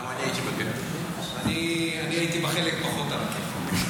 גם אני הייתי --- אני הייתי בחלק פחות עלא כיפאק.